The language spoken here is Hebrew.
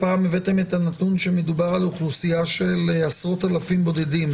פעם הבאתם את הנתון שמדובר באוכלוסייה של עשרות-אלפים בודדים,